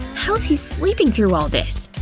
how's he sleeping through all this!